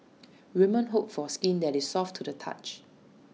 women hope for skin that is soft to the touch